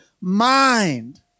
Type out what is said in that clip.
mind